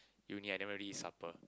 uni I never really supper